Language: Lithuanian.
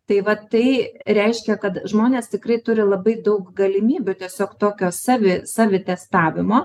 tai va tai reiškia kad žmonės tikrai turi labai daug galimybių tiesiog tokio savi savi testavimo